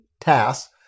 tasks